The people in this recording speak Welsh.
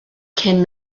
cyn